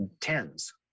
tens